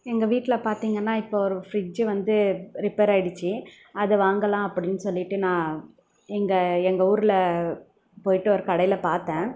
எங்கள் வீட்டில் பார்த்தீங்கன்னா இப்போ ஒரு ஃபிரிட்ஜ் வந்து ரிப்பேர் ஆயிடுச்சு அதை வாங்கலாம் அப்படின்னு சொல்லிவிட்டு நான் எங்கள் எங்கள் ஊரில் போயிட்டு ஒரு கடையில் பார்த்தேன்